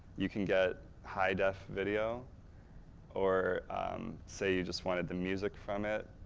you can get high def video or say you just wanted the music from it.